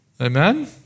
Amen